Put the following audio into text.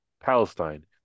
Palestine